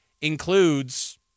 includes